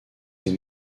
ses